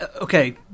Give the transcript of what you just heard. Okay